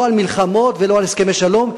לא על מלחמות ולא על הסכמי שלום,